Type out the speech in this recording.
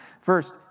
First